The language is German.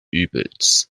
übels